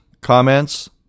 comments